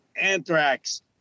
anthrax